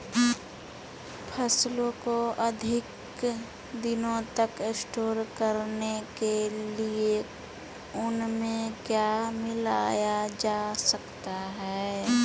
फसलों को अधिक दिनों तक स्टोर करने के लिए उनमें क्या मिलाया जा सकता है?